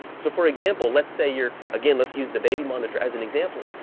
so for example, let's say you're, again let's use the baby monitor as an example.